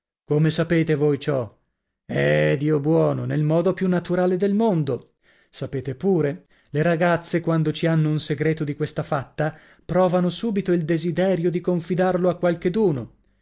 come sapete voi ciò eh dio buono nel modo più naturale del mondo sapete pure le ragazze quando ci hanno un segreto di questa fatta provano subito il desiderio di confidarlo a qualcheduno